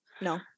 No